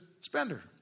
spender